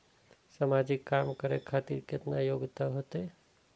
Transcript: समाजिक काम करें खातिर केतना योग्यता होते?